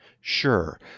Sure